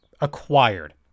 acquired